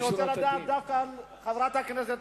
אני רוצה לדעת דווקא על חברת הכנסת,